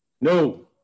No